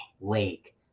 lake